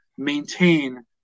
maintain